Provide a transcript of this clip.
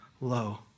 low